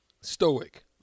stoic